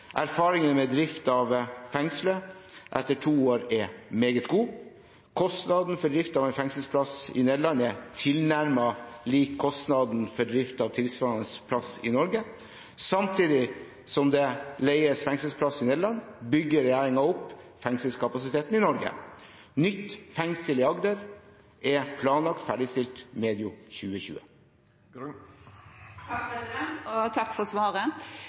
med drift av fengselet etter to år er meget god. Kostnaden for drift av en fengselsplass i Nederland er tilnærmet lik kostnaden for drift av tilsvarende plass i Norge. Samtidig som det leies fengselsplasser i Nederland, bygger regjeringen opp fengselskapasiteten i Norge. Nytt fengsel i Agder er planlagt ferdigstilt medio 2020. Takk for svaret.